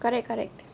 correct correct